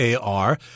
AR